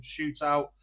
shootout